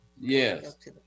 Yes